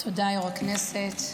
תודה, יושב-ראש הישיבה.